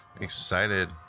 Excited